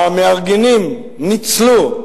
המארגנים ניצלו,